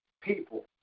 people